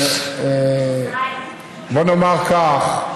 בוא נאמר כך,